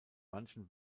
manchen